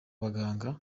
baganga